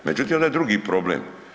Međutim, ovdje je drugi problem.